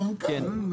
בבקשה.